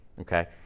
okay